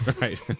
Right